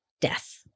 death